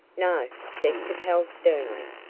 no, said capel, sternly.